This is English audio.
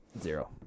Zero